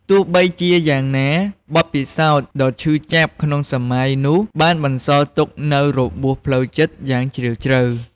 ទោះជាយ៉ាងណា បទពិសោធន៍ដ៏ឈឺចាប់ក្នុងសម័យនោះបានបន្សល់ទុកនូវរបួសផ្លូវចិត្តយ៉ាងជ្រាលជ្រៅ។